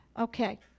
Okay